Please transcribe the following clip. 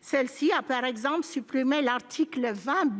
Celle-ci a, par exemple, supprimé l'article 20